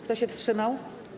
Kto się wstrzymał?